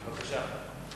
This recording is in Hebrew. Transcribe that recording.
בבקשה.